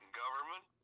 government